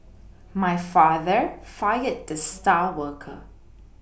my father fired the star worker